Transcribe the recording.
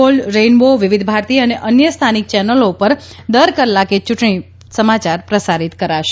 gold rainbow Vividh Bharati અને અન્ય સ્થાનિક ચેનલો પર દર કલાકે ચૂંટણી સમાચાર પ્રસારીત કરાશે